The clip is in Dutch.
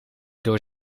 door